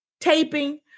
taping